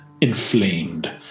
inflamed